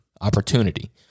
opportunity